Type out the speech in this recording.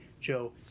Joe